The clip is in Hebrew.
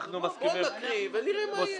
בואו נקריא ונראה מה יהיה.